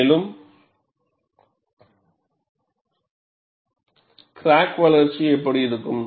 மேலும் கிராக் வளர்ச்சி எப்படி இருக்கும்